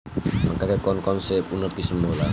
मक्का के कौन कौनसे उन्नत किस्म होला?